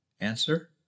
Answer